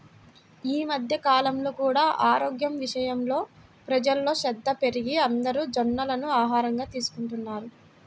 ఈ మధ్య కాలంలో కూడా ఆరోగ్యం విషయంలో ప్రజల్లో శ్రద్ధ పెరిగి అందరూ జొన్నలను ఆహారంగా తీసుకుంటున్నారు